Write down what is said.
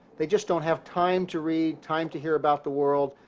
they just don't have time to read, time to hear about the world.